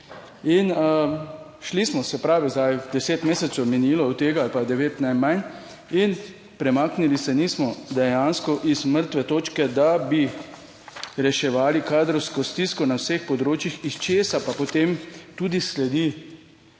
in šli smo, se pravi, zdaj je deset mesecev je minilo od tega ali pa devet najmanj in premaknili se nismo dejansko iz mrtve točke, da bi reševali kadrovsko stisko na vseh področjih, iz česa pa potem tudi sledi